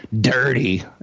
dirty